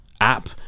App